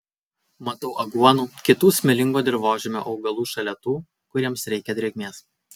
matau aguonų kitų smėlingo dirvožemio augalų šalia tų kuriems reikia drėgmės